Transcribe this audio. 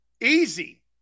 Easy